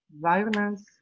violence